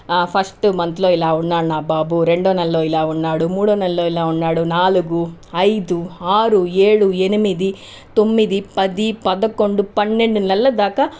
first మంత్లో ఇలా ఉన్నాడు నా బాబు రెండో నెలలో ఇలా ఉన్నాడు మూడో నెలలో ఇలా ఉన్నాడు నాలుగు అయిదు ఆరు ఏడు ఎనిమిది తొమ్మిది పది పదకొండు పన్నెండు నెలల దాకా